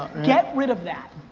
get rid of that.